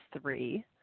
three